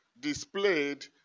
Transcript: displayed